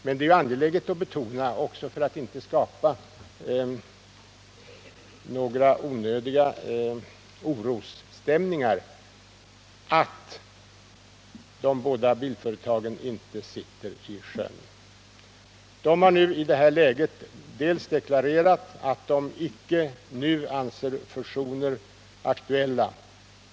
Men det är angeläget att betona — också för att inte skapa några onödiga orosstämningar — att de båda bilföretagen inte sitter i sjön. De har i det här läget deklarerat att de icke nu anser fusioner aktuella.